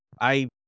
I-